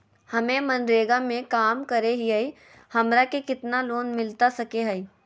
हमे मनरेगा में काम करे हियई, हमरा के कितना लोन मिलता सके हई?